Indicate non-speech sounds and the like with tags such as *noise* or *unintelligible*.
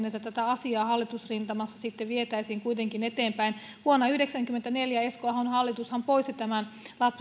*unintelligible* että tätä asiaa hallitusrintamassa sitten vietäisiin kuitenkin eteenpäin vuonna yhdeksänkymmentäneljä esko ahon hallitushan poisti tämän